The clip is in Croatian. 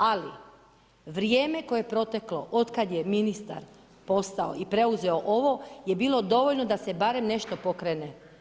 Ali vrijeme koje je proteklo od kad nije ministar postao i preuzeo ovo je bilo dovoljno da se barem nešto pokrene.